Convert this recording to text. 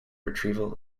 retrieval